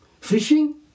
Fishing